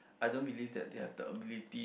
I don't believe that they have the ability